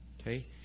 Okay